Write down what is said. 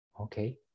Okay